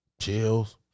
Chills